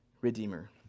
redeemer